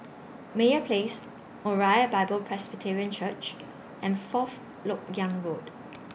Meyer Place Moriah Bible Presbyterian Church and Fourth Lok Yang Road